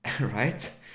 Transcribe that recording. right